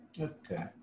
Okay